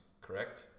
correct